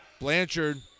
Blanchard